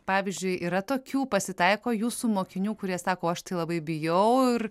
pavyzdžiui yra tokių pasitaiko jūsų mokinių kurie sako aš tai labai bijau ir